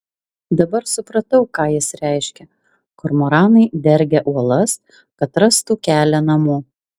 dabar supratau ką jis reiškia kormoranai dergia uolas kad rastų kelią namo